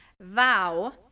vow